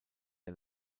der